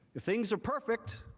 things are perfect,